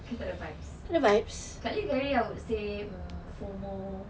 kita tak ada vibes kak ada I would say um FOMO